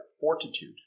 fortitude